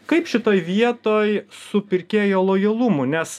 kaip šitoj vietoj su pirkėjo lojalumu nes